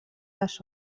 les